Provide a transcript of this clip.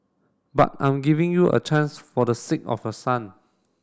but I'm giving you a chance for the sake of your son